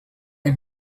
and